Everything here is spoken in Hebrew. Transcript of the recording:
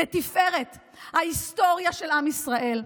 לתפארת ההיסטוריה של עם ישראל,